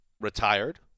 retired